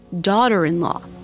daughter-in-law